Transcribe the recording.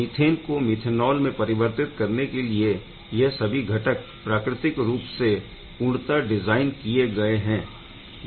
methane को methanol में परिवर्तित करने के लिए यह सभी घटक प्रकृतिक रूप से पूर्णतः डिज़ाईन किए गए हैं